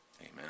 amen